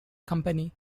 company